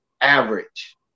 average